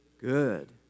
good